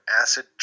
acid